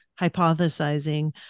hypothesizing